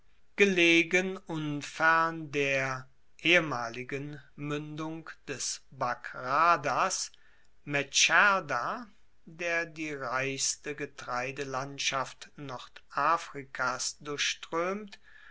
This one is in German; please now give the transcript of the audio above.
gelegen unfern der ehemaligen muendung des bagradas medscherda der die reichste getreidelandschaft nordafrikas